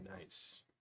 Nice